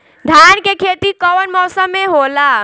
धान के खेती कवन मौसम में होला?